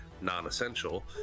non-essential